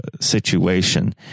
situation